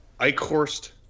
Eichhorst